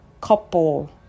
couple